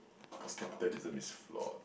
cause capitalism is flawed